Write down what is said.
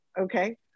Okay